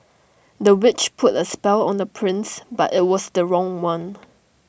the witch put A spell on the prince but IT was the wrong one